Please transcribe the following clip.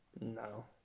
no